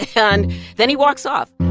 and then he walks off